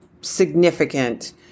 significant